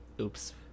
oops